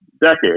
decade